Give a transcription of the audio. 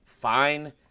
fine